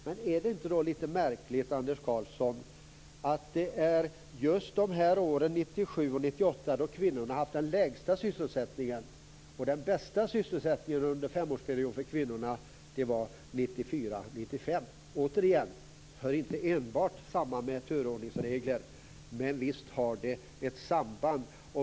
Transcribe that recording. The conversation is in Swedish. Men är det då inte märkligt att det är just åren 1997 och 1998 som kvinnorna har haft den lägsta sysselsättningen, och den bästa sysselsättningen under femårsperioden för kvinnorna var 1994-1995? Återigen hör det här inte enbart samman med turordningsregler, men visst har det ett samband.